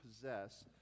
possess